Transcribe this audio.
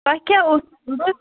تۄہہِ کیٛاہ اوس ضوٚرَتھ